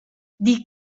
die